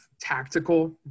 tactical